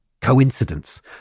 coincidence